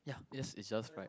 yup yes it's just right